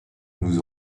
nous